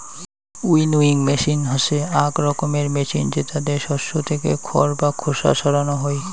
winnowing machine হসে আক রকমের মেচিন জেতাতে শস্য থেকে খড় বা খোসা সরানো হই